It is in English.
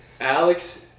Alex